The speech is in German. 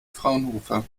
fraunhofer